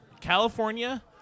California